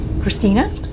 Christina